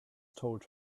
told